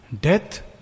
Death